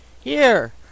Here